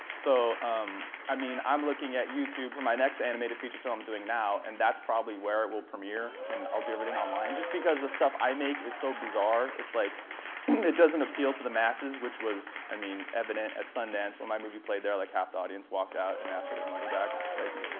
so um i mean i'm looking at youtube for my next animated feature film i'm doing now, and that's probably where it will premier, and i'll do everything online just because the stuff i make is so bizarre. like it doesn't appeal to the masses, which was i mean evident at sundance. when my movie played there like half the audience walked out and asked for their money back. like